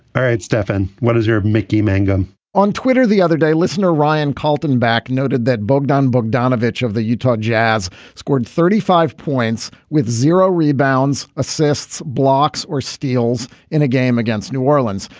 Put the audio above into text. all right, stefan, what is your mickey mangum on twitter the other day? listener ryan carlton back. noted that bogdan bogdanovic of the utah jazz scored thirty five points with zero rebounds, assists, blocks or steals in a game against new orleans.